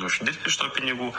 uždirbt iš to pinigų